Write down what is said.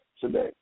today